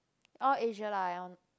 all Asia lah ya